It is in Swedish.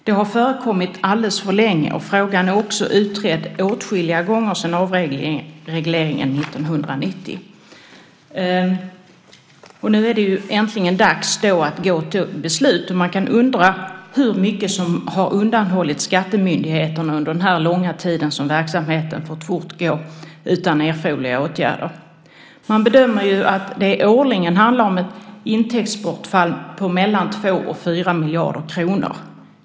Det har förekommit alldeles för länge, och frågan är också utredd åtskilliga gånger sedan avregleringen 1990. Nu är det då äntligen dags att gå till beslut. Man kan undra hur mycket som har undanhållits skattemyndigheterna under den långa tid som verksamheten har fått fortgå utan erforderliga åtgärder. Man bedömer att det årligen handlar om ett intäktsbortfall på mellan 2 och 4 miljarder kronor.